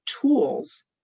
tools